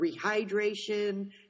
rehydration